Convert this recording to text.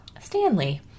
Stanley